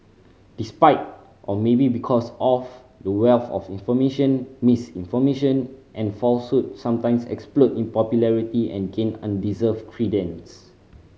despite or maybe because of the wealth of information misinformation and sometimes explode in popularity and gain undeserved credence